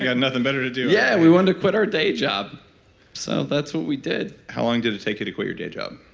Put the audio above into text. yeah nothing better to do yeah. we wanted to quit our day job so that's what we did how long did it take you to quit your day job?